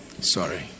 Sorry